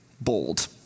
bold